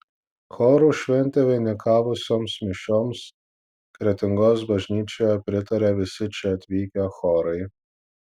chorų šventę vainikavusioms mišioms kretingos bažnyčioje pritarė visi čia atvykę chorai